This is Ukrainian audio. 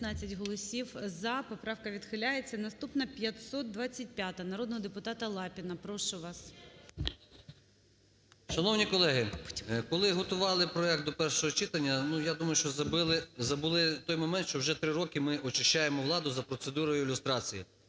Шановні колеги, коли готували проект до першого читання, я думаю, що забули той момент, що вже три роки ми очищаємо владу за процедурою люстрації.